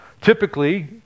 Typically